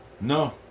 no